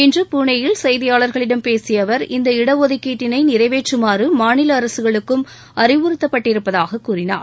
இன்று புனேயில் செய்தியாளர்களிடம் பேசிய அவர் இந்த இடஒதுக்கீட்டினை நிறைவேற்றுமாறு மாநில அரசுகளுக்கும் அறிவுறுத்தப்பட்டிருப்பதாக கூறினார்